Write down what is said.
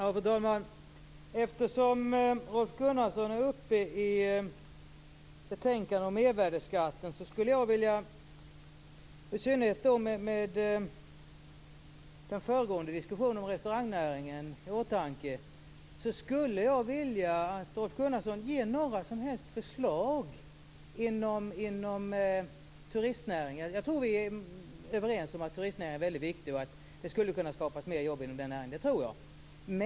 Fru talman! Eftersom Rolf Gunnarsson är uppe i en debatt om betänkandet om mervärdesskatten, och i synnerhet med den föregående diskussionen om restaurangnäringen i åtanke, skulle jag vilja att han ger några förslag som gäller turistnäringen. Jag tror att vi är överens om att turistnäringen är väldigt viktig och att det skulle kunna skapas fler jobb inom den näringen. Det tror jag.